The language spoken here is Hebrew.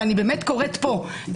ואני באמת קוראת פה,